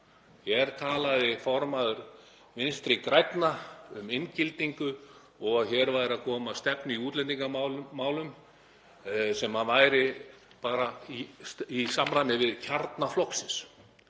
Hér talaði formaður Vinstri grænna um inngildingu og að hér væri að koma stefna í útlendingamálum sem væri bara í samræmi við kjarna flokksins.